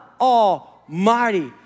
Almighty